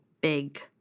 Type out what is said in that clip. big